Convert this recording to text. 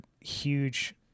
huge